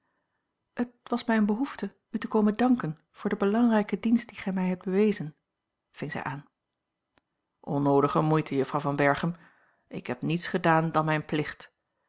het was mij eene behoefte u te komen danken voor den belangrijken dienst dien gij mij hebt bewezen ving zij aan onnoodige moeite juffrouw van berchem ik heb niets gedaan dan mijn plicht